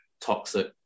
toxic